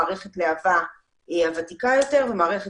מערכת להב"ה היא הוותיקה יותר ומערכת